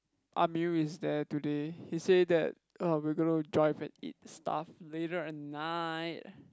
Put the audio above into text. Amirul is there today he say that um we going to drive and eat stuff later at night